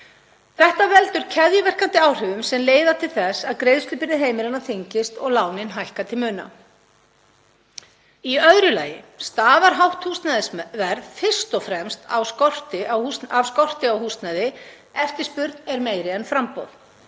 Þetta veldur keðjuverkandi áhrifum sem leiða til þess að greiðslubyrði heimilanna þyngist og lánin hækka til muna. Í öðru lagi stafar hátt húsnæðisverð fyrst og fremst af skorti á húsnæði. Eftirspurn er meiri en framboð.